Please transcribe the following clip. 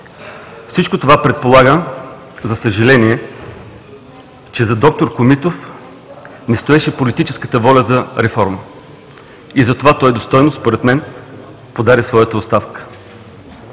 Всичко това предполага, за съжаление, че зад д-р Комитов не стоеше политическата воля за реформа. И затова той достойно, според мен, подаде своята оставка.